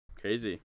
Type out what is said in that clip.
Crazy